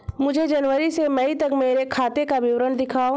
मुझे जनवरी से मई तक मेरे खाते का विवरण दिखाओ?